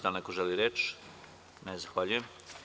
Da li neko želi reč? (Ne) Zahvaljujem.